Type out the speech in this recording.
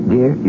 Dear